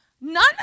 None